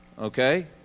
Okay